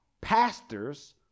pastors